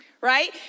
Right